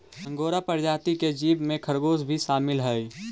angora प्रजाति के जीव में खरगोश भी शामिल हई